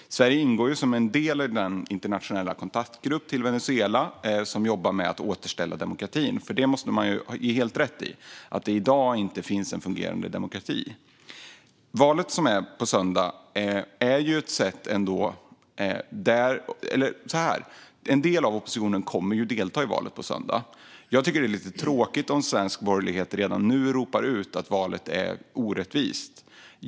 Sverige ingår som en del i den internationella kontaktgrupp till Venezuela som jobbar med att återställa demokratin. Hans Rothenberg har helt rätt i att det i dag inte finns en demokrati där. En del av oppositionen kommer att delta i valet på söndag. Jag tycker att det är lite tråkigt om svensk borgerlighet redan nu ropar ut att valet är orättvist.